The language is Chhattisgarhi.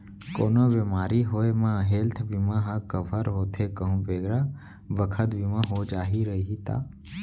कोनो बेमारी होये म हेल्थ बीमा ह कव्हर होथे कहूं बेरा बखत बीमा हो जाही रइही ता